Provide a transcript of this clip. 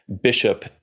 Bishop